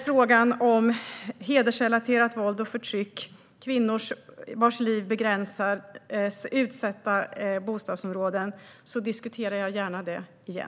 Frågan om hedersrelaterat våld och förtryck och kvinnor vars liv begränsas i utsatta bostadsområden diskuterar jag gärna igen.